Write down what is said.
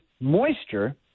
moisture